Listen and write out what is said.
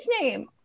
name